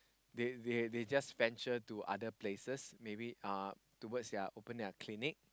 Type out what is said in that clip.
they they they just venture to other places maybe uh towards their open their clinic